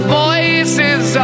voices